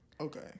Okay